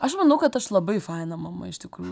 aš manau kad aš labai faina mama iš tikrųjų